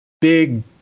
big